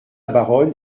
baronne